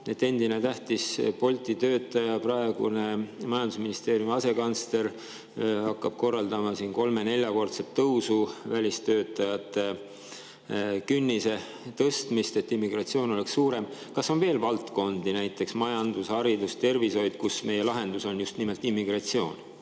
Endine tähtis Bolti töötaja, praegune majandusministeeriumi asekantsler hakkab korraldama kolme-, neljakordset välistöötajate künnise tõusu, et immigratsioon oleks suurem. Kas on veel valdkondi, näiteks majandus, haridus või tervishoid, kus meie lahendus on just nimelt immigratsioon?